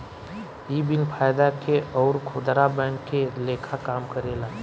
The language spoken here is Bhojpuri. इ बिन फायदा के अउर खुदरा बैंक के लेखा काम करेला